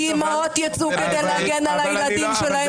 אימהות יצאו כדי להגן על הילדים שלהם.